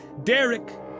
Derek